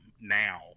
now